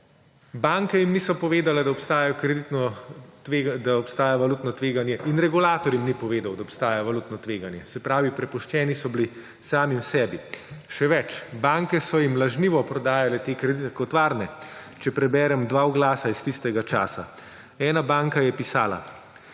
Banke jim niso povedale, da obstaja valutno tveganje, in regulator jim ni povedal, da obstaja valutno tveganje. Se pravi, prepuščeni so bili sami sebi. Še več, banke so jim lažnivo prodajale te kredite kot varne. Naj preberem dva oglasa iz tistega časa. Ena banka je pisala: